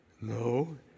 No